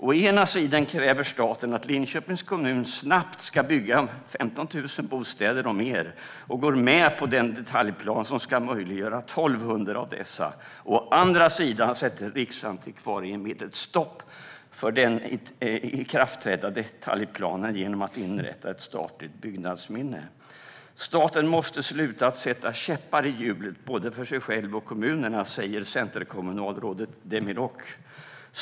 Å ena sidan kräver staten att Linköpings kommun snabbt ska bygga minst 15 000 bostäder, och går med på den detaljplan som ska möjliggöra 1 200 av dessa, och å andra sidan sätter Riksantikvarieämbetet stopp för den ikraftträdda detaljplanen genom att inrätta ett statligt byggnadsminne. Staten måste sluta att sätta käppar i hjulet för både sig själv och kommunerna, säger centerkommunalrådet Demirok.